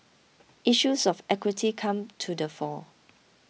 issues of equity come to the fore